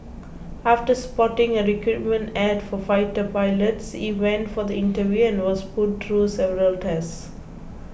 after spotting a recruitment A D for fighter pilots he went for the interview and was put through several tests